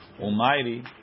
Almighty